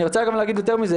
אני רוצה גם להגיד יותר מזה,